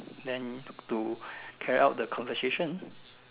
then to carry out the conversation